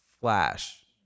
Flash